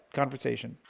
conversation